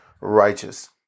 righteous